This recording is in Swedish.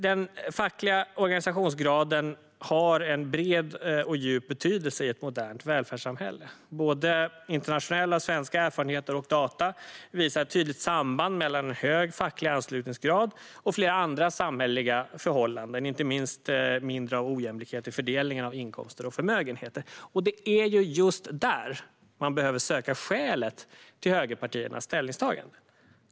Den fackliga organisationsgraden har en bred och djup betydelse i ett modernt välfärdssamhälle. Både internationella och svenska erfarenheter och data visar ett tydligt samband mellan en hög facklig anslutningsgrad och flera andra samhälleliga förhållanden, inte minst mindre av ojämlikhet i fördelningen av inkomster och förmögenhet. Och det är just där man behöver söka skälet till högerpartiernas ställningstagande.